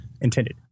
intended